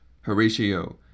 Horatio